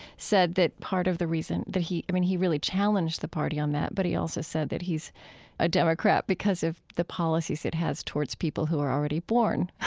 said that part of the reason that he i mean, he really challenged the party on that, but he also said that he's a democrat, because of the policies it has towards people who are already born.